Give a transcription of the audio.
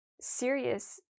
serious